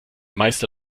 meister